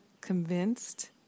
convinced